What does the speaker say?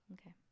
Okay